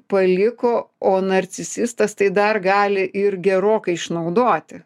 ir paliko o narcisistas tai dar gali ir gerokai išnaudoti